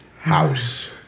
House